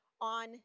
on